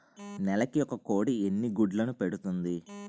నెలకి ఒక కోడి ఎన్ని గుడ్లను పెడుతుంది?